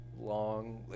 long